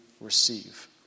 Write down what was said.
receive